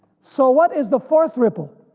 so what is the fourth ripple?